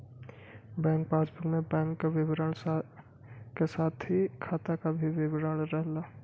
bank passbook में bank क विवरण क साथ ही खाता क भी विवरण रहला